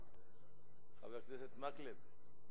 סליחה, חבר הכנסת אורי מקלב.